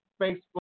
Facebook